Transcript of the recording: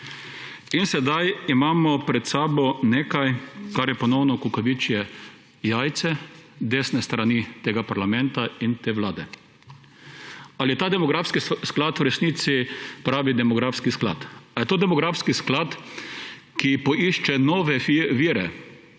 In zdaj imamo pred sabo nekaj, kar je ponovno kukavičje jajce desne strani tega parlamenta in te vlade. Ali je ta demografski sklad v resnici pravi demografski sklad? Ali je to demografski sklad, ki išče nove vire